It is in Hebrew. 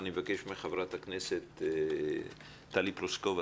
אני מבקש מחה"כ טלי פלוסקוב,